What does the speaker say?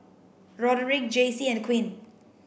Roderick Jaycee and Quinn